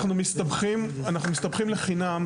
אנחנו מסתבכים לחינם.